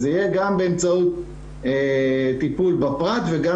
זה יהיה גם באמצעות טיפול בפרט וגם